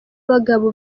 bagabo